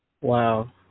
Wow